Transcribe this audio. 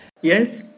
Yes